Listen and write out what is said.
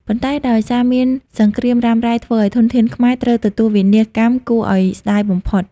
ប៉ុន្តែដោយសារមានសង្រ្គាមរ៉ាំរ៉ៃធ្វើឲ្យធនធានខ្មែរ ត្រូវទទួលវិនាសកម្មគួរឲ្យស្ដាយបំផុត។